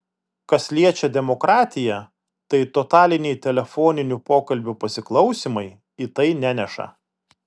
kas liečia demokratiją tai totaliniai telefoninių pokalbių pasiklausymai į tai neneša